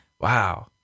Wow